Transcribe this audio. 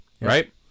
right